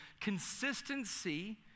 consistency